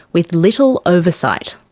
with little oversight.